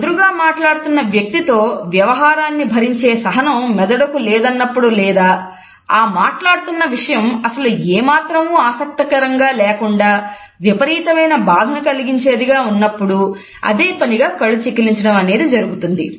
ఎదురుగా మాట్లాడుతున్న వ్యక్తి తో వ్యవహారాన్ని భరించే సహనం మెదడుకు లేదన్నప్పుడు లేదా ఆ మాట్లాడుతున్న విషయం అసలు ఏమాత్రము ఆసక్తికరంగా లేకుండా విపరీతమైన బాధను కలిగించేదిగా ఉన్నప్పుడు అదేపనిగా కళ్ళు చికిలించడం అనేది జరుగుతుంది